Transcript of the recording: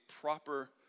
proper